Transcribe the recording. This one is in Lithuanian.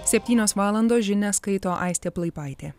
septynios valandos žinias skaito aistė plaipaitė